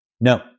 No